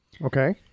Okay